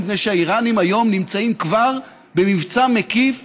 מפני שהאיראנים היום נמצאים כבר במבצע מקיף